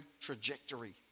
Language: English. trajectory